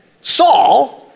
Saul